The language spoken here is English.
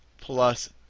plus